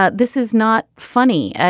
ah this is not funny.